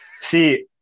See